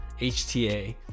HTA